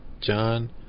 John